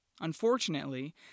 Unfortunately